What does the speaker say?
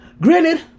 granted